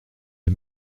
les